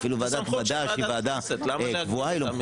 אפילו ועדת מדע, שהיא ועדה קבועה, היא לא מחוקקת.